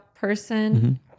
person